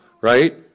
right